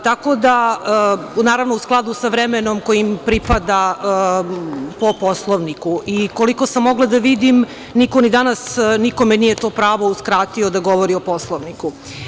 Tako da u skladu sa vremenom koje im pripada po Poslovniku i koliko sam mogla da vidim, niko ni danas nikome nije to pravo uskratio da govori o Poslovniku.